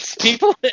people